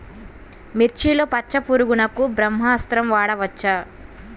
మిర్చిలో పచ్చ పురుగునకు బ్రహ్మాస్త్రం వాడవచ్చా?